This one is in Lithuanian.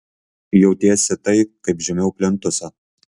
jautiesi tai kaip žemiau plintuso